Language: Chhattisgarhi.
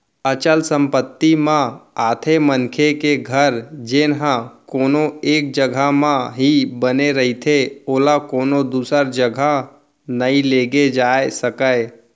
अचल संपत्ति म आथे मनखे के घर जेनहा कोनो एक जघा म ही बने रहिथे ओला कोनो दूसर जघा नइ लेगे जाय सकय